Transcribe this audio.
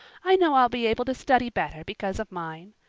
i know i'll be able to study better because of mine.